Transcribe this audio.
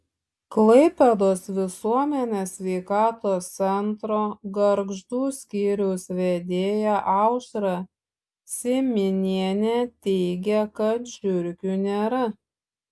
klaipėdos visuomenės sveikatos centro gargždų skyriaus vedėja aušra syminienė teigia kad žiurkių nėra